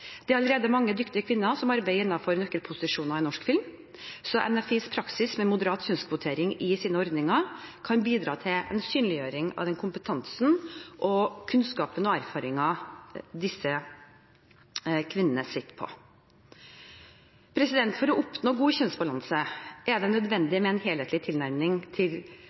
Det er allerede mange dyktige kvinner som arbeider innenfor nøkkelposisjoner i norsk film, så NFIs praksis med moderat kjønnskvotering i sine ordninger kan bidra til en synliggjøring av den kompetansen, kunnskapen og erfaringen disse kvinnene sitter på. For å oppnå en god kjønnsbalanse er det nødvendig med en helhetlig tilnærming